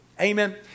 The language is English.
Amen